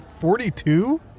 Forty-two